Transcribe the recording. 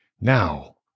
now